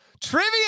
trivia